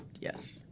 Yes